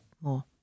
more